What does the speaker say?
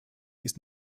ist